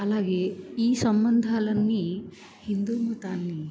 అలాగే ఈ సంబంధాలన్నీ హిందూ మతాన్ని